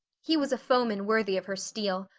he was a foeman worthy of her steel.